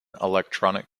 electronic